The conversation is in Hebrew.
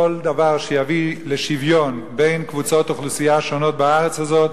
כל דבר שיביא לשוויון בין קבוצות אוכלוסייה שונות בארץ הזאת,